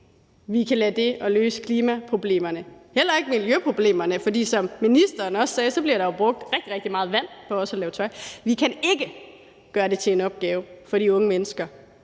vi kan lade dem om at løse klimaproblemerne – heller ikke miljøproblemerne, for som ministeren også sagde, bliver der jo brugt rigtig, rigtig meget vand på at lave tøj. Vi kan ikke gøre det til en opgave for de unge mennesker